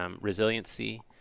resiliency